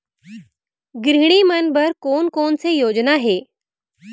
गृहिणी मन बर कोन कोन से योजना हे?